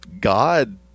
God